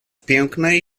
pięknej